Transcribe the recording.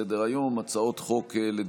חבר הכנסת שטרן, בעד,